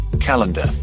calendar